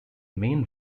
main